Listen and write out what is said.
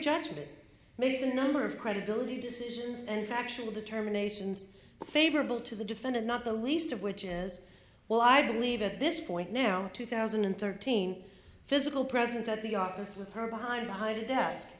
judgment made a number of credibility decisions and factual determinations favorable to the defendant not the least of which as well i believe at this point now two thousand and thirteen physical presence at the office with her behind a high desk